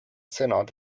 synod